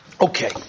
Okay